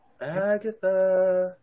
Agatha